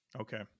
okay